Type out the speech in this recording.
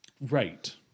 right